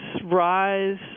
rise